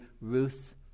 Ruth